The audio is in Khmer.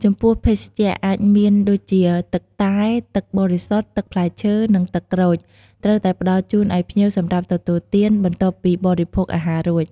ចំពោះភេសជ្ជៈ អាចមានដូចជា ទឹកតែ ទឹកបរិសុទ្ធ ទឹកផ្លែឈើ និងទឹកក្រូច ត្រូវតែផ្តល់ជូនឲ្យភ្ញៀវសម្រាប់ទទួលទាន បន្ទាប់ពីបរិភោគអាហាររួច។